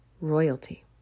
royalty